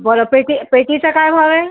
बरं पेटी पेटीचा काय भाव आहे